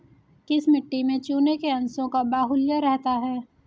किस मिट्टी में चूने के अंशों का बाहुल्य रहता है?